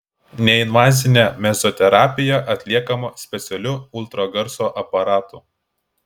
neinvazinė mezoterapija atliekama specialiu ultragarso aparatu